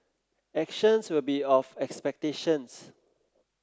actions will be of expectations